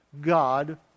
God